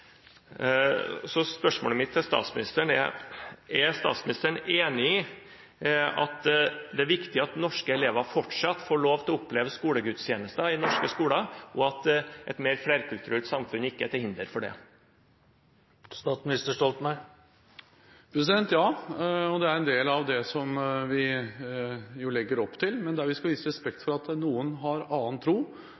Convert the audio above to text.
Spørsmålet mitt til statsministeren blir: Er statsministeren enig i at det er viktig at norske elever fortsatt får lov til å oppleve skolegudstjenester i norske skoler, og at et mer flerkulturelt samfunn ikke er til hinder for det? Ja, og det er en del av det vi legger opp til. Men vi skal vise respekt